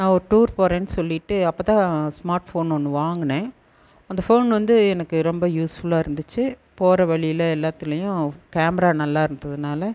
நான் ஒரு டூர் போகிறேன்னு சொல்லிவிட்டு அப்போதான் ஸ்மார்ட் ஃபோன் ஒன்று வாங்கினேன் அந்த ஃபோன் வந்து எனக்கு ரொம்ப யூஸ்ஃபுல்லாக இருந்துச்சு போகிற வழியில் எல்லாத்திலேயும் கேமரா நல்லாயிருந்ததுனால